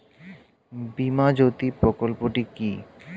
বীমা জ্যোতি প্রকল্পটি কি?